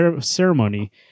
ceremony